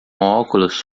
óculos